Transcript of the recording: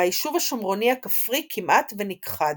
והישוב השומרוני הכפרי כמעט ונכחד.